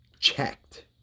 checked